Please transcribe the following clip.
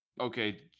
okay